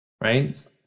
right